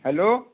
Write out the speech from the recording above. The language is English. hello